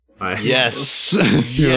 Yes